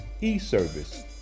e-service